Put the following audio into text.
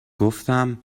گفتم